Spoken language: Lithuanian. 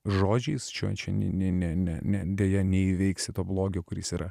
žodžiais čio jau čia ne ne ne ne deja neįveiksi to blogio kuris yra